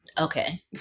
Okay